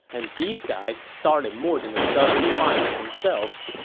and these guys started more than a dozen fires themselves.